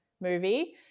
movie